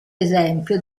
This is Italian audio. esempio